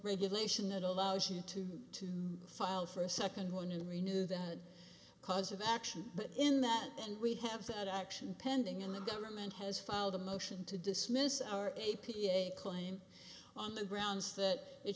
regulation that allows you to to file for a second one in the renew that cause of action in that and we have that action pending and the government has filed a motion to dismiss our a p a claim on the grounds that it